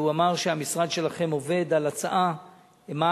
והוא אמר שהמשרד שלכם עובד על הצעה מה